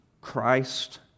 Christ